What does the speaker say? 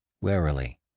warily